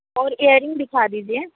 और इएरिंगस दिखा दीजिए